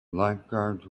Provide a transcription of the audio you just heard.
lifeguards